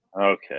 Okay